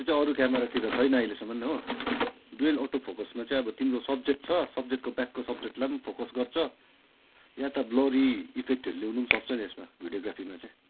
त्यो चाहिँ अरू क्यामरातिर छैन अहिलेसम्म हो डुएल अटो फोकसमा चाहिँ अब तिम्रो सब्जेक्ट छ सब्जेक्टको ब्याकको सब्जेक्टलाई फोकस गर्छ वा त ब्लरी इफेक्टहरू ल्याउनु सक्छ नि यसमा भिडियोग्राफीमा चाहिँ